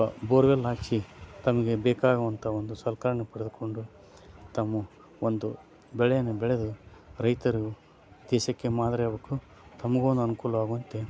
borewell ಹಾಕಿಸಿ ತಮಗೆ ಬೇಕಾಗುವಂಥ ಒಂದು ಸಲಕರ್ಣೆ ಪಡೆದುಕೊಂಡು ತಮ್ಮ ಒಂದು ಬೆಳೆಯನ್ನು ಬೆಳೆದು ರೈತರು ದೇಶಕ್ಕೆ ಮಾದರಿಯಾಬೇಕು ತಮಗೂ ಒಂದು ಅನುಕೂಲವಾಗುವಂತೆ